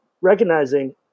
recognizing